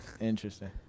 Interesting